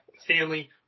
Stanley